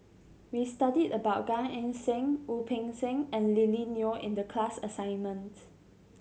we studied about Gan Eng Seng Wu Peng Seng and Lily Neo in the class assignment